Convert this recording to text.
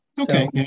Okay